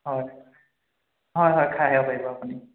হয় হয় হয় খাই আহিব পাৰিব আপুনি